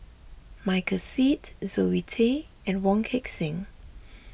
Michael Seet Zoe Tay and Wong Heck Sing